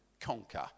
conquer